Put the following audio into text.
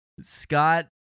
Scott